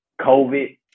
COVID